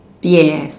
yes